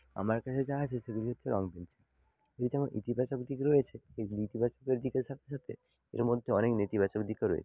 আমার কাছে যা আছে সেগুলি হচ্ছে রঙ পেনসিল এর যেমন ইতিবাচক দিক রয়েছে এর দিকের সাথে সাথে এর মধ্যে অনেক নেতিবাচক দিকও রয়েছে